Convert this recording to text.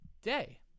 day